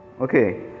okay